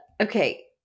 Okay